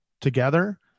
together